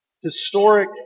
historic